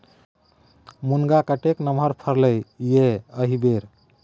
मुनगा कतेक नमहर फरलै ये एहिबेर